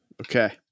Okay